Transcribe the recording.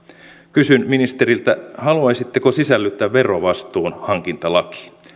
kysyn ministeriltä haluaisitteko sisällyttää verovastuun hankintalakiin